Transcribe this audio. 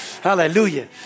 Hallelujah